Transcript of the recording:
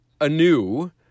anew